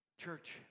Church